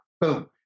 Boom